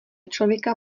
člověka